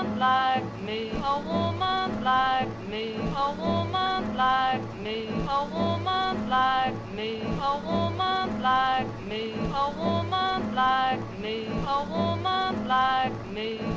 like me a woman like me. a woman like me. a woman like me. a woman like me. a woman like me. a woman like me.